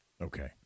Okay